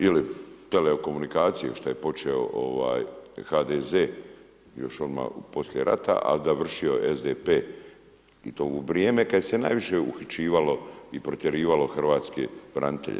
Ili telekomunikacije što je počeo HDZ još odmah poslije rata, a završio SDP i to u vrijeme kad je se najviše uhićivalo i protjerivalo hrvatske branitelje.